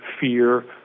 fear